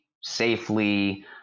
safely